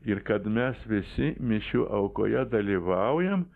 ir kad mes visi mišių aukoje dalyvaujam